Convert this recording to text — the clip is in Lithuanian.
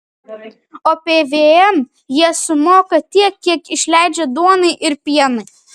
o pvm jie sumoka tiek kiek išleidžia duonai ir pienui